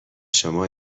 شما